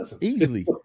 Easily